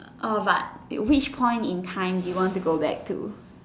orh but which point in time do you want to go back to